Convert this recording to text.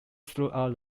throughout